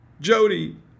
Jody